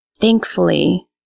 Thankfully